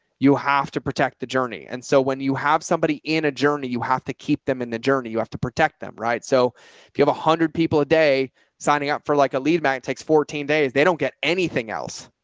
you have to protect the journey. and so when you have somebody in a journey, you have to keep them in the journey, you have to protect them. right? so if you have a hundred people a day signing up for like a lead magnet takes fourteen days, they don't get anything else.